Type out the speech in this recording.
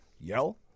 Yell